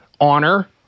honor